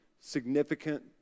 significant